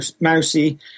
Mousy